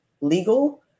legal